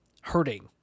Hurting